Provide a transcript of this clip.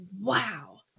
wow